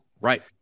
right